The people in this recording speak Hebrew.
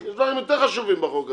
יש דברים יותר חשובים בחוק הזה.